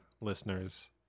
listeners